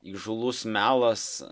įžūlus melas